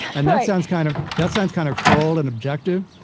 and that sounds kind of that sounds kind of cold and objective,